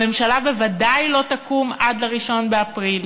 הממשלה בוודאי לא תקום עד 1 באפריל,